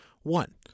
One